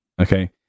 Okay